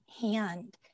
hand